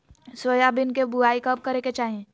Soybean के बुआई कब करे के चाहि?